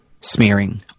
smearing